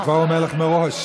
אני כבר אומר לך מראש.